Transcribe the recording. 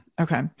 Okay